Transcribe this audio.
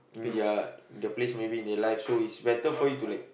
ya the place maybe in the life so is better for you to like